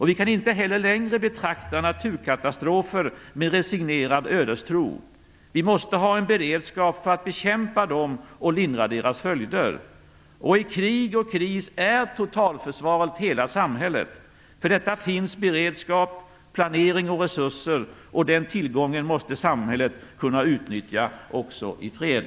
Vi kan inte heller längre betrakta naturkatastrofer med resignerad ödestro. Vi måste ha en beredskap för att bekämpa dem och lindra deras följder. I krig och kris är totalförsvaret hela samhället. För detta finns beredskap, planering och resurser, och den tillgången måste samhället kunna utnyttja också i fred.